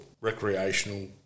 recreational